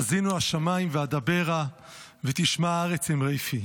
"האזינו השמים ואדברה ותשמע הארץ אמרי פי".